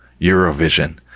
Eurovision